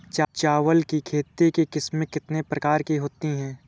चावल की खेती की किस्में कितने प्रकार की होती हैं?